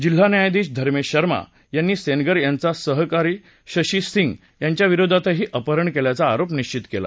जिल्हा न्यायाधीश धर्मेश शर्मा यांनी सेंगर याचा सहकारी शशी सिंग याच्या विरोधात अपहरण केल्याचा आरोप निश्वित केला